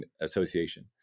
association